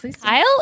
kyle